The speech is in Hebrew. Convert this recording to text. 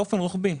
באופן רוחבי,